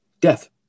death